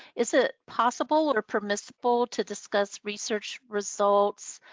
is it possible or permissible to discuss research results